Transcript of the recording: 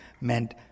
meant